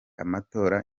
amatora